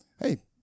hey